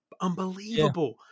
unbelievable